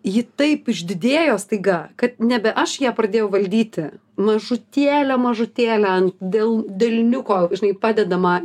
ji taip išdidėjo staiga kad nebe aš ją pradėjau valdyti mažutėlę mažutėlę ant del delniuko žinai padedamą